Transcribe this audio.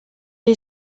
est